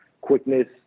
quickness